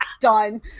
Done